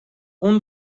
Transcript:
اون